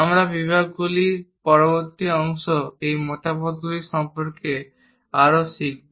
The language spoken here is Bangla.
আমরা বিভাগগুলির পরবর্তী অংশে এই মতামতগুলি সম্পর্কে আরও শিখব